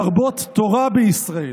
להרבות תורה בישראל.